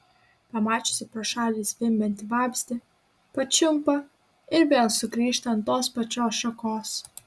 pamačiusi pro šalį zvimbiantį vabzdį pačiumpa ir vėl sugrįžta ant tos pačios šakos